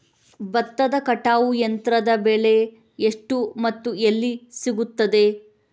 ಭತ್ತದ ಕಟಾವು ಯಂತ್ರದ ಬೆಲೆ ಎಷ್ಟು ಮತ್ತು ಎಲ್ಲಿ ಸಿಗುತ್ತದೆ?